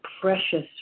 precious